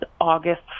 August